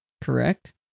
Correct